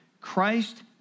Christ